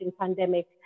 pandemic